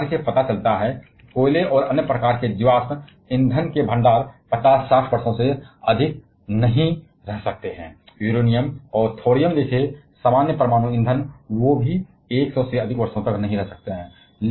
एक प्रक्षेपण से पता चलता है कि कोयले और अन्य प्रकार के जीवाश्म ईंधन के भंडार 50 60 वर्षों से अधिक नहीं रह सकते हैं यूरेनियम और थोरियम जैसे सामान्य परमाणु ईंधन वे भी 100 से अधिक वर्षों तक नहीं रह सकते हैं